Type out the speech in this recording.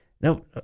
no